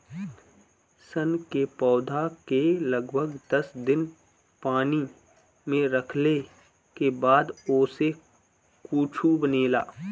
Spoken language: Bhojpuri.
सन के पौधा के लगभग दस दिन पानी में रखले के बाद ओसे कुछू बनेला